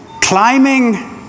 Climbing